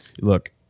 Look